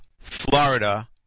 Florida